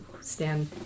stand